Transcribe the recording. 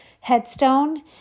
headstone